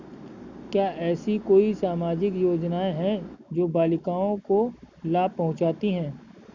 क्या ऐसी कोई सामाजिक योजनाएँ हैं जो बालिकाओं को लाभ पहुँचाती हैं?